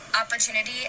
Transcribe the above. ...opportunity